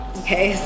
okay